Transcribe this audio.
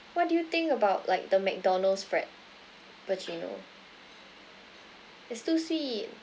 what do you think about like the mcdonald's frappuccino it's too sweet